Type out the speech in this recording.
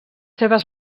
seves